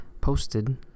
posted